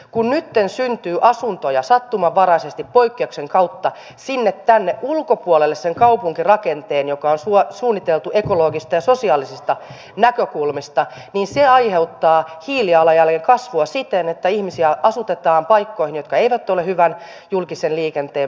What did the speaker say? kun nytten syntyy asuntoja sattumanvaraisesti poikkeuksen kautta sinne tänne ulkopuolelle sen kaupunkirakenteen joka on suunniteltu ekologisista ja sosiaalisista näkökulmista niin se aiheuttaa hiilijalanjäljen kasvua siten että ihmisiä asutetaan paikkoihin jotka eivät ole hyvän julkisen liikenteen päässä